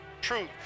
truth